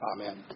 Amen